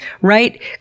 right